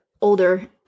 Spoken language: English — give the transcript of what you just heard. older